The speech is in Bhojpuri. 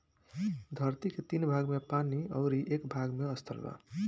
धरती के तीन भाग में पानी अउरी एक भाग में स्थल बा